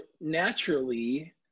naturally